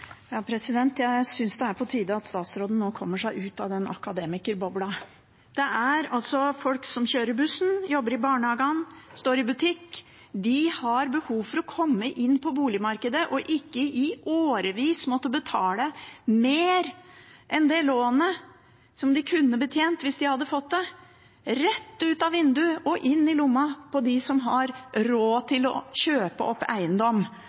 på tide at statsråden nå kommer seg ut av akademikerbobla. Det er altså folk som kjører buss, jobber i barnehage og står i butikk som har behov for å komme inn på boligmarkedet, og ikke i årevis måtte betale mer enn det lånet som de kunne betjent hvis de hadde fått det – rett ut av vinduet og i lomma på dem som har råd til å kjøpe opp eiendom,